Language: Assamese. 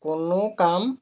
কোনো কাম